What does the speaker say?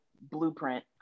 blueprint